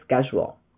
schedule